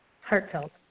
heartfelt